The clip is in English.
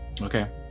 Okay